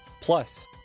plus